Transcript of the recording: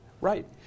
Right